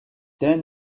then